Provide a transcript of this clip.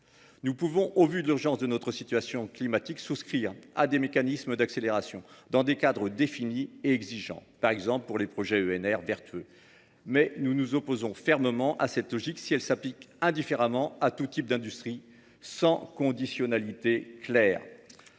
Nous pouvons, au vu de l’urgence de notre situation climatique, souscrire à des mécanismes d’accélération, dans des cadres définis et exigeants, par exemple pour les projets d’énergies renouvelables vertueux. Mais nous nous opposons fermement à cette logique, si elle s’applique indifféremment à tout type d’industrie, sans conditionnalité claire.